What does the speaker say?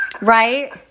right